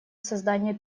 созданию